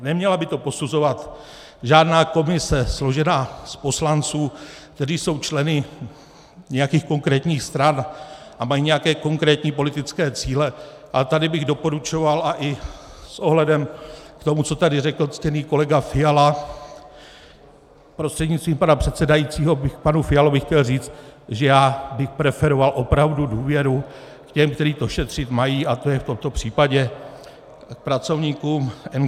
Neměla by to posuzovaná žádná komise složená z poslanců, kteří jsou členy nějakých konkrétních stran a mají nějaké konkrétní politické cíle, ale tady bych doporučoval a i s ohledem k tomu, co tady řekl ctěný kolega Fiala prostřednictvím pana předsedajícího bych panu Fialovi chtěl říct, že já bych preferoval opravdu důvěru k těm, kteří to šetřit mají, a to je v tomto případě pracovníkům NKÚ.